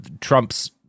Trump's